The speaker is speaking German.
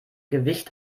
gewicht